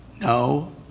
No